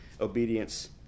obedience